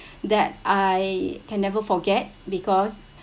that I can never forgets because